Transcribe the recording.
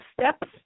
steps